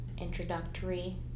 introductory